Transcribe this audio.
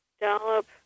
Dollop